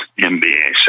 MBA